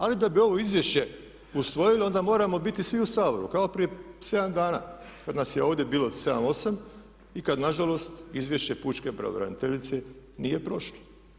Ali da bi ovo izvješće usvojili onda moramo biti svi u Saboru, kao prije 7 dana kad nas je ovdje bilo 7, 8 i kad nažalost Izvješće pučke pravobraniteljice nije prošlo.